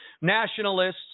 nationalists